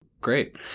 Great